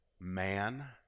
man